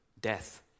death